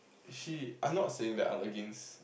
she I'm not saying that I'm against